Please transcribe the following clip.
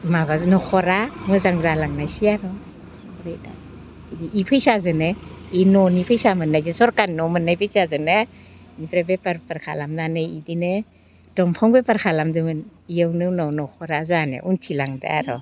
माबाजो न'खरा मोजां जालांनायसै आर' ओमफ्राय दा इ फैसाजोनो इ न'नि फैसा मोननायजो सरखारनि न' मोननाय फैसाजोनो ओमफ्राय बेफार बुफार खालामनानै इदिनो दंफां बेफार खालामदोमोन इयावनो उनाव न'खरा जाहानिया उथिलांदो आर'